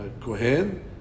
Kohen